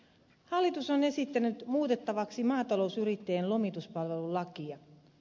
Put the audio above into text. hallitus on esittänyt muutettavaksi maatalousyrittäjien lomituspalvelulakia